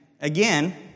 again